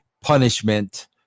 punishment